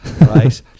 right